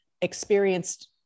experienced